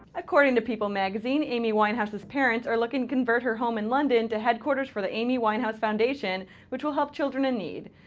according to people magazine, amy winehouse's parents are looking to convert her home in london to headquarters for the amy winehouse foundation which will help children in need.